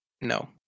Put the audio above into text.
no